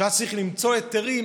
היה צריך למצוא היתרים,